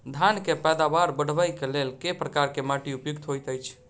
धान केँ पैदावार बढ़बई केँ लेल केँ प्रकार केँ माटि उपयुक्त होइत अछि?